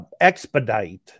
expedite